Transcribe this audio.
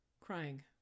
crying